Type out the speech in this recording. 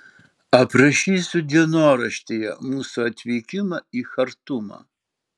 aprašysiu dienoraštyje mūsų atvykimą į chartumą